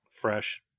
Fresh